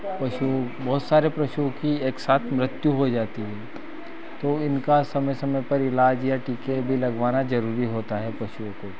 पशु बहुत सारे पशु की एक साथ मृत्यु हो जाती है तो इनका समय समय पर इलाज या टीके भी लगवाना जरूरी होता है पशुओं को